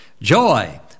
Joy